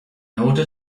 order